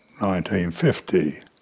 1950